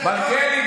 מלכיאלי,